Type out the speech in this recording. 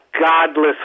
godless